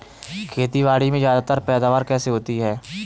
खेतीबाड़ी में ज्यादा पैदावार कैसे होती है?